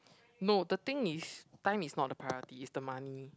no the thing is time is not the priority it's the money